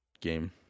game